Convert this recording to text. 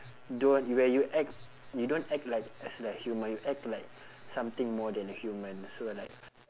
don't where you act you don't act like as like human you act like something more than a human so like